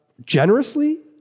generously